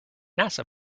nasa